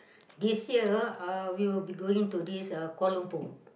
this year uh we will be going to this uh Kuala-Lumpur